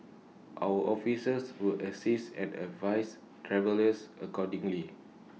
our officers will assist and advise travellers accordingly